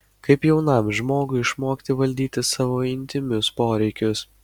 kaip jaunam žmogui išmokti valdyti savo intymius poreikius